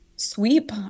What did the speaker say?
sweep